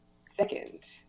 second